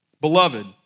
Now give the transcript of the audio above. Beloved